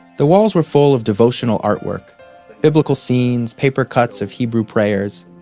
the walls were full of devotional artwork biblical scenes, papercuts of hebrew prayers.